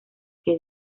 que